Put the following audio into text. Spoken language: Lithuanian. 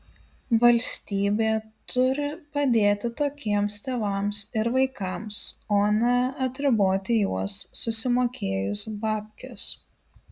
valstybė turi padėti tokiems tėvams ir vaikams o ne atriboti juos susimokėjus babkes